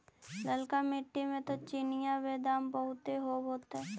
ललका मिट्टी मे तो चिनिआबेदमां बहुते होब होतय?